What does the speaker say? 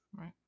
Right